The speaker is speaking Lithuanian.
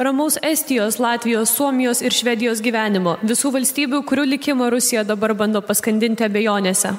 ramaus estijos latvijos suomijos ir švedijos gyvenimo visų valstybių kurių likimą rusija dabar bando paskandinti abejonėse